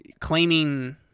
claiming